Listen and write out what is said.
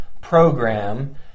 program